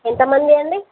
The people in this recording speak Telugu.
ఎంతమంది అండి